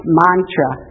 mantra